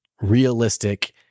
realistic